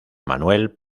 manuel